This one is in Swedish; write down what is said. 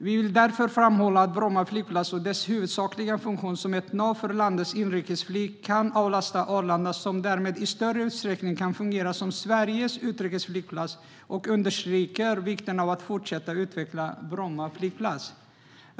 Vi vill därför framhålla att Bromma flygplats, med dess huvudsakliga funktion som ett nav för landets inrikesflyg, kan avlasta Arlanda, som därmed i större utsträckning kan fungera som Sveriges utrikesflygplats, och vi understryker vikten av att fortsätta utveckla Bromma flygplats.